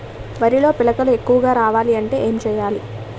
వరిలో పిలకలు ఎక్కువుగా రావాలి అంటే ఏంటి చేయాలి?